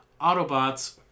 Autobots